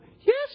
yes